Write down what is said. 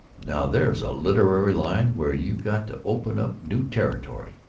now there's a literary line where you got to open up new territory.